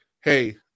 Hey